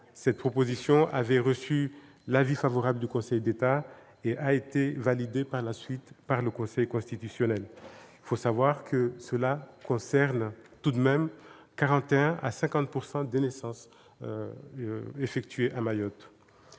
Cette proposition a reçu l'avis favorable du Conseil d'État et a été validée par la suite par le Conseil constitutionnel. Il faut savoir que cela concerne tout de même 41 % à 50 % des naissances enregistrées à Mayotte.